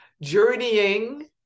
Journeying